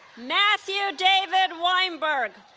matthew david weinberg